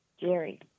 Jerry